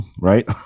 right